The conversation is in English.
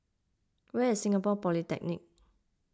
where is Singapore Polytechnic